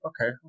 okay